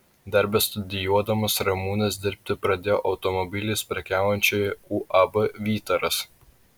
dar bestudijuodamas ramūnas dirbti pradėjo automobiliais prekiaujančioje uab vytaras